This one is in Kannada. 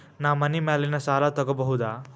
ನಾ ಮನಿ ಮ್ಯಾಲಿನ ಸಾಲ ತಗೋಬಹುದಾ?